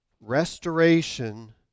restoration